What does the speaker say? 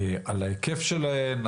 על ההיקף שלהן,